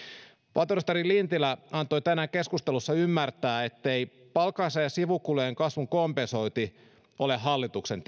valtiovarainministeri lintilä antoi tänään keskustelussa ymmärtää ettei palkansaajan sivukulujen kasvun kompensointi ole hallituksen